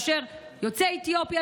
יוצאי אתיופיה,